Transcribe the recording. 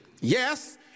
Yes